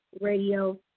radio